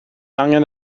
angen